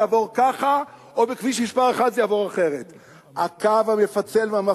יעבור ככה או בכביש מס' 1 זה יעבור אחרת.